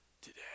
today